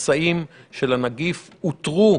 נשאים של הנגיף אותרו.